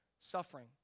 suffering